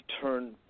turn